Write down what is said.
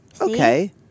Okay